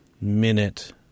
Minute